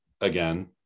again